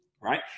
right